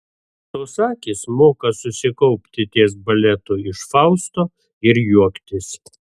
tos akys moka susikaupti ties baletu iš fausto ir juoktis